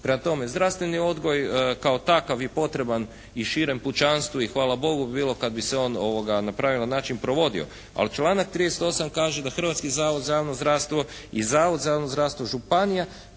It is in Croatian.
Prema tome, zdravstveni odgoj kao takav je potreban i širem pučanstvu i hvala Bogu bi bilo kad bi se on na pravilan način provodio. Ali članak 38. kaže da Hrvatski zavod za javno zdravstvo i Zavod za javno zdravstvo županija